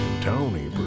Tony